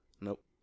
Nope